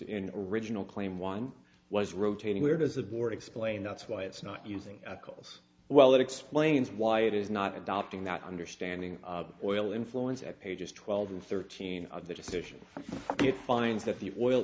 in original claim one was rotating where does the board explain that's why it's not using calls well that explains why it is not adopting that understanding oil influence at pages twelve and thirteen of the decision it finds that the oil